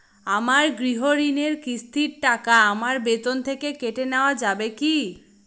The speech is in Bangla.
আমার গৃহঋণের কিস্তির টাকা আমার বেতন থেকে কেটে নেওয়া যাবে কি?